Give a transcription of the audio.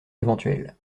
éventuel